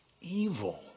evil